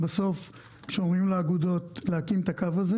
בסוף כשאומרים לאגודות להקים את הקו הזה,